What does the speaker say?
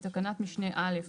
בתקנת משנה (א),